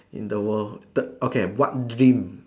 in the world the okay what dream